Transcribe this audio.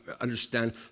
understand